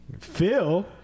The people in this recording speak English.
Phil